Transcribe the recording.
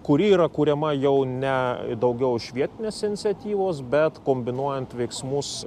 kuri yra kuriama jau ne daugiau iš vietinės iniciatyvos bet kombinuojant veiksmus